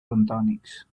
bentònics